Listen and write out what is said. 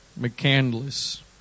McCandless